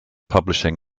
publishing